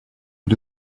but